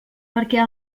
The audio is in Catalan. perquè